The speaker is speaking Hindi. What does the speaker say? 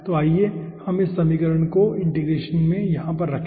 तो आइए हम इस समीकरण को इंटीग्रेशन में यहाँ पर रखें